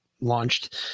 launched